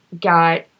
got